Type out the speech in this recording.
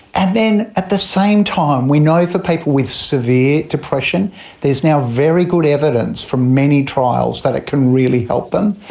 and then at the same time we know for people with severe depression there is now very good evidence from many trials that it can really help them.